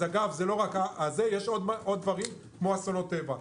אז יש עוד דברים כמו אסונות טבע.